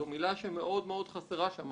זו מילה שמאוד מאוד חסרה שם.